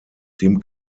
dem